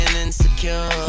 insecure